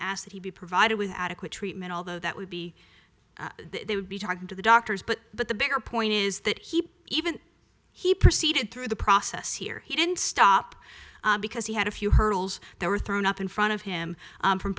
asked that he be provided with adequate treatment although that would be they would be talking to the doctors but but the bigger point is that he even he proceeded through the process here he didn't stop because he had a few hurdles there were thrown up in front of him from